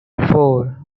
four